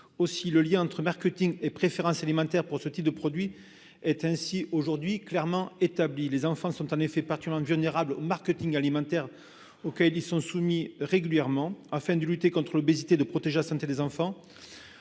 Le lien entre marketing et préférences alimentaires pour ce type de produits est aujourd'hui clairement établi. « Les enfants sont en effet particulièrement vulnérables au marketing alimentaire », lit-on aussi dans ce rapport. Afin de lutter contre l'obésité et de protéger la santé des enfants,